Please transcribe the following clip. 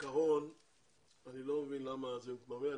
בעיקרון אני לא מבין למה זה מתמהמה,